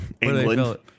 England